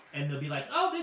and they'll be like, oh,